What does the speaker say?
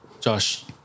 Josh